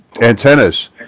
antennas